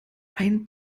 ein